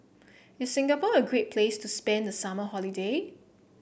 is Singapore a great place to spend the summer holiday